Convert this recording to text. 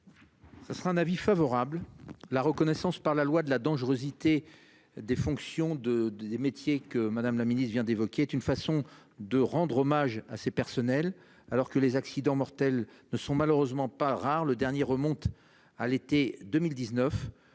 Ce sera un avis favorable. La reconnaissance par la loi de la dangerosité des fonctions de de des métiers que Madame la Ministre vient d'évoquer une façon de rendre hommage à ces personnels alors que les accidents mortels ne sont malheureusement pas rares. Le dernier remonte à l'été 2019.